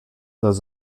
does